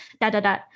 da-da-da